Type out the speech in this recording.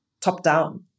top-down